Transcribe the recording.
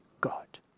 God